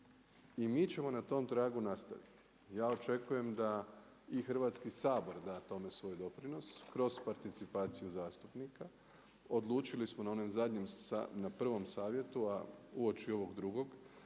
I mi ćemo na tom tragu nastaviti. Ja očekujem da i Hrvatski sabor da tome svoj doprinos kroz participaciju zastupnika. Odlučili smo na onom zadnjem, na prvom savjetu a uoči ovog drugog